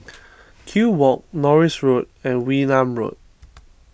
Kew Walk Norris Road and Wee Nam Road